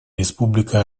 республика